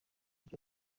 cyo